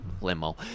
limo